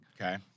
Okay